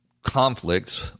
conflicts